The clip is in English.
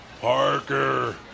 Parker